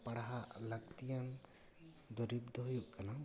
ᱯᱟᱲᱦᱟᱜ ᱞᱟᱹᱠᱛᱤᱭᱟᱱ ᱫᱩᱨᱤᱵᱽ ᱫᱚ ᱦᱩᱭᱩᱜ ᱠᱟᱱᱟ